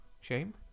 Shame